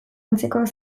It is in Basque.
antzekoak